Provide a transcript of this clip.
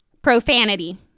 Profanity